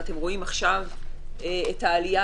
ואתם רואים עכשיו את העלייה